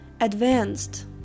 advanced